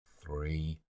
three